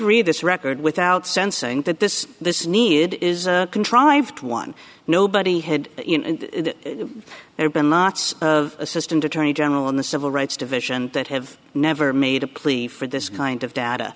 read this record without sensing that this this need is contrived one nobody had there been lots of assistant attorney general in the civil rights division that have never made a plea for this kind of data